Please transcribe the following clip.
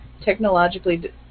technologically